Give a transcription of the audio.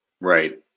Right